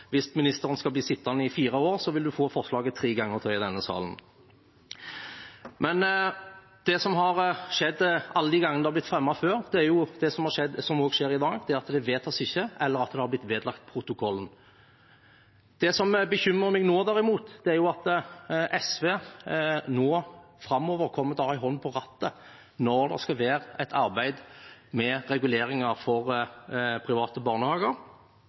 hvis ministeren skal bli sittende i fire år, vil hun få forslaget tre ganger til i denne salen. Men det som har skjedd alle de gangene det har blitt fremmet før, er jo det som også skjer i dag, at det ikke vedtas, eller at det har blitt vedlagt protokollen. Det som bekymrer meg nå, derimot, er at SV framover kommer til å ha en hånd på rattet når det skal være et arbeid med reguleringer for private barnehager,